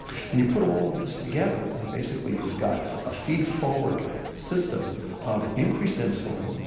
and you put all of this together and basically you've got a feed forward system of increased insulin,